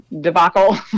debacle